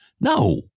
no